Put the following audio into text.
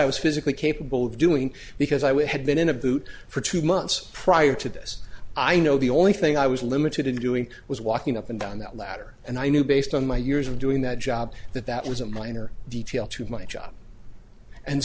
i was physically capable of doing because i would have been in a boot for two months prior to this i know the only thing i was limited in doing was walking up and down that ladder and i knew based on my years of doing that job that that was a minor detail to my job and